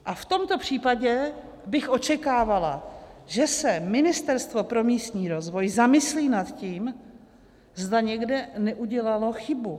A v tomto případě bych očekávala, že se Ministerstvo pro místní rozvoj zamyslí nad tím, zda někde neudělalo chybu.